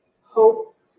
hope